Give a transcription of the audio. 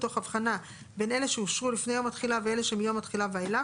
תוך הבחנה בין אלה שאושרו לפני יום התחילה ואלה שמיום התחילה ואילך,